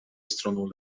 stroną